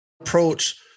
approach